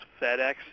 FedEx